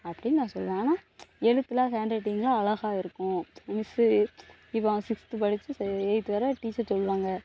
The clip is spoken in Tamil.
அப்படினு நான் சொல்லுவேன் ஆனால் எழுத்தெலாம் ஹேண்ட் ரைட்டிங்கெலாம் அழகா இருக்கும் மிஸ்சு இப்போது சிக்ஸ்த் படிச்சு எய்த் வரை டீச்சர் சொல்லுவாங்க